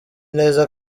neza